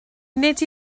nid